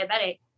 diabetic